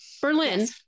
Berlin